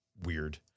weird